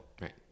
Right